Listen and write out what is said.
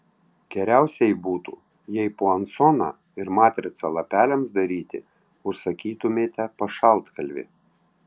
geriausiai būtų jei puansoną ir matricą lapeliams daryti užsakytumėte pas šaltkalvį